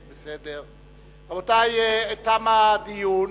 רבותי, תם הדיון.